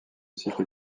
cycle